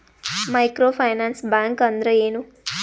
Micro finance bank ಅಂದ್ರ ಏನು?